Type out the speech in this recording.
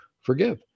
forgive